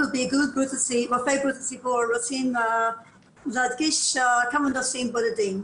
באיגוד רופאי בריאות הציבור רוצים להדגיש כמה נושאים בודדים.